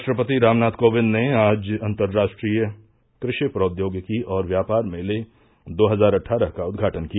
राष्ट्रपति रामनाथ कोविंद ने आज अंतर्राष्ट्रीय क्रषि प्रौद्योगिकी और व्यापार मेले दो हजार अट्ठारह का उद्घाटन किया